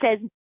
says